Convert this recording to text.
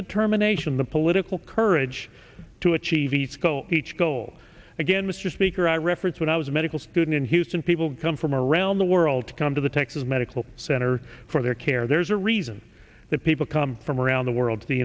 determination the political courage to achieve each goal each goal again mr speaker i reference when i was a medical student in houston people come from around the world to come to the texas medical center for their care there's a reason that people come from around the world to the